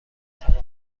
توقف